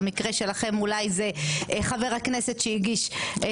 במקרה שלכם אולי זה חבר הכנסת שהגיש.